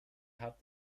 hat